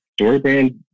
Storybrand